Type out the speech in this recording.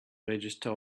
register